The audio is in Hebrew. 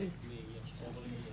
סעיף 195 הוא שלושה חודשים.